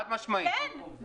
כן, חד משמעית.